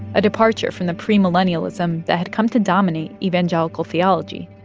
a departure from the premillennialism that had come to dominate evangelical theology.